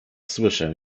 słyszę